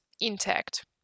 intact